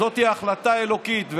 זאת היא החלטה אלוקית,